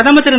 பிரதமர் திரு